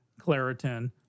Claritin